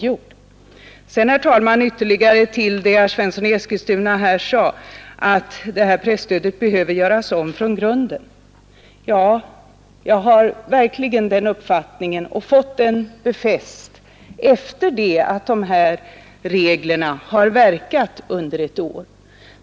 Vidare vill jag, herr talman, ytterligare med anledning av det som herr Svensson i Eskilstuna sade om att presstödet behöver göras om från grunden, säga att jag verkligen har den uppfattningen och fått den befäst efter att de här reglerna har verkat under ett år.